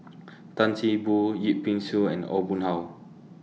Tan See Boo Yip Pin Xiu and Aw Boon Haw